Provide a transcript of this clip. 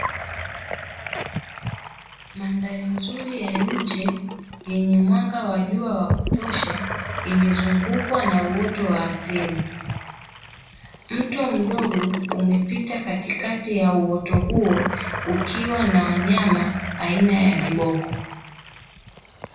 Mandhari nzuri ya nje yenye mwanga wa jua wa kutosha imezungukwa na uoto wa asili. Mto mdogo umepita katikati ya uoto huo ukiwa na wanyama aina ya viboko.